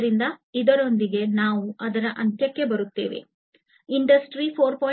ಆದ್ದರಿಂದ ಇದರೊಂದಿಗೆ ನಾವು ಅಂತ್ಯಕ್ಕೆ ಬರುತ್ತೇವೆ ಇಂಡಸ್ಟ್ರಿ 4